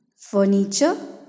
furniture